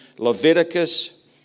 Leviticus